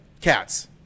Cats